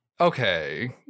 okay